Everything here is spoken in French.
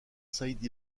said